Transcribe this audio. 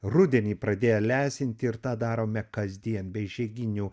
rudenį pradėję lesinti ir tą darome kasdien be išeiginių